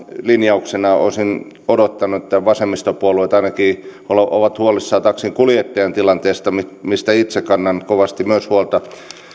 linjauksena olisin odottanut että vasemmistopuolueet ainakin ovat huolissaan taksinkuljettajan tilanteesta mistä itse kannan kovasti myös huolta